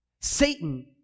Satan